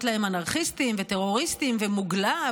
להם "אנרכיסטים" ו"טרוריסטים" ו"מוגלה",